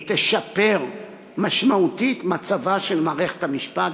היא תשפר משמעותית מצבה של מערכת המשפט